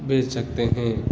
بھیج سکتے ہیں